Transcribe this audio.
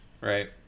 right